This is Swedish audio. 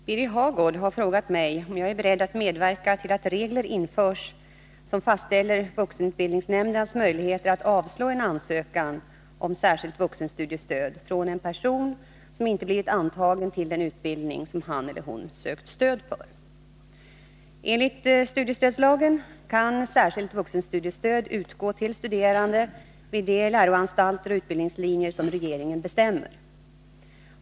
Herr talman! Birger Hagård har frågat mig om jag är beredd att medverka till att regler införs som fastställer vuxenutbildningsnämndernas möjligheter att avslå en ansökan om särskilt vuxenstudiestöd från en person som inte har blivit antagen till den utbildning som han eller hon har sökt stöd för. Enligt studiestödslagen kan särskilt vuxenstudiestöd utgå till studerande vid de läroanstalter och utbildningslinjer som regeringen bestämmer.